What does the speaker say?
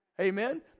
Amen